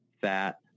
fat